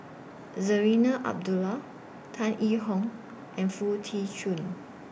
Zarinah Abdullah Tan Yee Hong and Foo Tee Jun